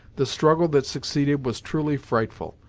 the struggle that succeeded was truly frightful.